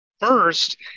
first